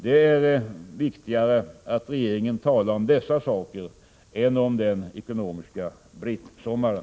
Det är viktigare för regeringen att tala om dessa saker än om den ekonomiska brittsommaren.